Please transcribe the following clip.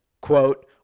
quote